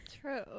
True